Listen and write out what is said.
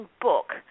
book